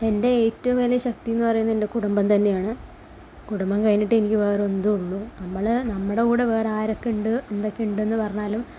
എൻ്റെ ഏറ്റവും വലിയ ശക്തിയെന്നു പറയുന്നത് എൻ്റെ കുടുംബം തന്നെയാണ് കുടുംബം കഴിഞ്ഞിട്ടേ എനിക്ക് വേറെ എന്തും ഉള്ളൂ നമ്മൾ നമ്മുടെ കൂടെ വേറെ ആരൊക്കെയുണ്ട് എന്തൊക്കെയുണ്ടെന്നു പറഞ്ഞാലും